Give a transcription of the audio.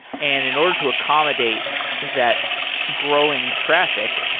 and in order to accommodate that growing traffic,